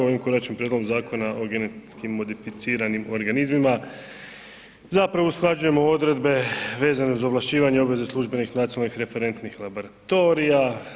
Ovim Konačnim prijedlogom Zakona o genetski modificiranim organizmima zapravo usklađujemo odredbe vezane uz ovlašćivanje obveze službenih nacionalnih referentnih laboratorija.